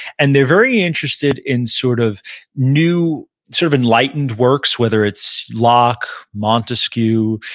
and they're very interested in sort of new sort of enlightened works, whether it's locke, montesquieu,